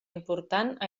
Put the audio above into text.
important